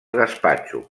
gaspatxo